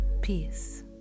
peace